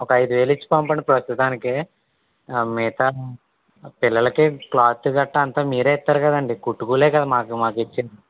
ఒక ఐదు వేలు ఇచ్చి పంపండి ప్రస్తుతానికి మిగతా పిల్లలకి క్లాతు గట్రా అంత మీరే ఇస్తారు కదండి కుట్టు కూలీయే కదా మాకు మాకు ఇచ్చేది